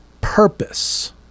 purpose